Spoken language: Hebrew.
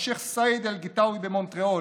השייח' סייד אל-ג'טאווי במונטריאול.